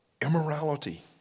immorality